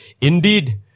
Indeed